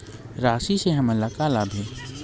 राशि से हमन ला का लाभ हे?